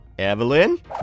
Evelyn